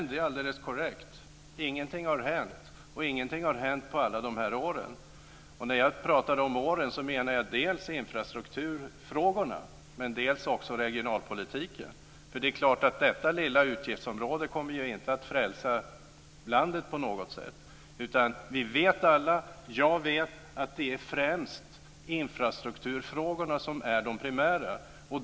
Herr talman! Det är korrekt. Ingenting har hänt. Och ingenting har hänt på alla de här åren. När jag talade om åren menade jag dels infrastrukturfrågorna dels regionalpolitiken. Detta lilla utgiftsområde kommer ju inte på något sätt att frälsa landet. Vi vet alla att det är främst infrastrukturfrågorna som är de primära.